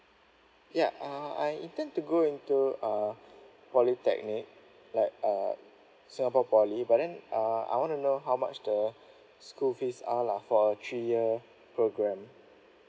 ya uh I intend to go into uh polytechnic like uh singapore poly but then uh I wanna know how much the school fees are lah for a three year program